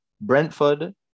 Brentford